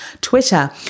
Twitter